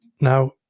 Now